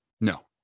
No